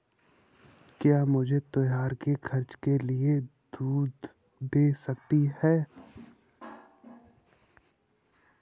Jersey गाय एक समय में कितना दूध दे सकती है?